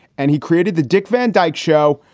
and he created the dick van dyke show,